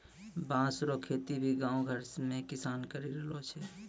बाँस रो खेती भी गाँव घर मे किसान करि रहलो छै